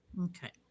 Okay